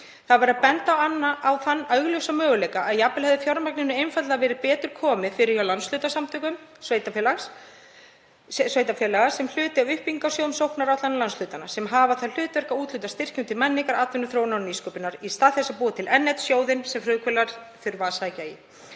annað. Verið er að benda á þann augljósa möguleika að jafnvel hefði fjármagninu einfaldlega verið betur komið fyrir hjá landshlutasamtökum sveitarfélaga sem hluti af uppbyggingarsjóðum sóknaráætlana landshlutanna sem hafa það hlutverk að úthluta styrkjum til menningar, atvinnuþróunar og nýsköpunar í stað þess að búa til enn einn sjóðinn sem frumkvöðlar þurfa að sækja í.